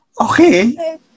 Okay